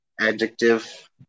adjective